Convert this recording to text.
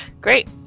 great